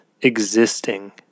existing